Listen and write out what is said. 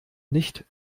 nicht